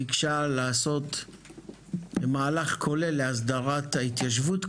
ביקשה לעשות מהלך כולל להסדרת ההתיישבות,